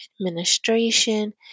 administration